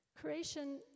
Creation